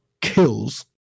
Kills